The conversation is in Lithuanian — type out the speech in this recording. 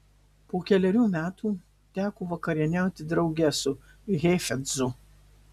po kelerių metų teko vakarieniauti drauge su heifetzu